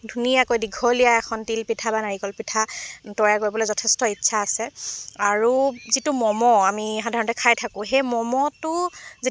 ধুনীয়াকৈ দীঘলীয়া এখন তিল পিঠা বা নাৰিকল পিঠা তৈয়াৰ কৰিবলৈ যথেষ্ট ইচ্ছা আছে আৰু যিটো ম'মো আমি সাধাৰণতে খাই থাকোঁ সেই ম'মোটো যেতিয়া